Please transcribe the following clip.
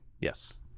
Yes